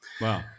wow